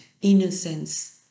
innocence